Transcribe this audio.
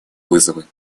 вызовы